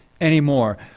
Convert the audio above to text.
anymore